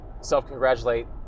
self-congratulate